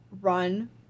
run